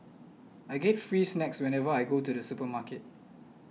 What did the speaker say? I get free snacks whenever I go to the supermarket